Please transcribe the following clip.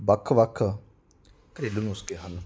ਵੱਖ ਵੱਖ ਘਰੇਲੂ ਨੁਸਖੇ ਹਨ